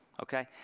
okay